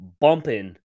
bumping